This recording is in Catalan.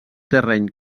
terreny